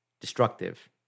destructive